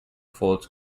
folds